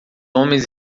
homens